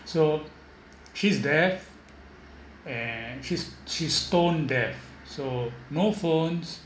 so she's deaf and she's she's stone deaf so no phones